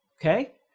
okay